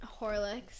Horlick's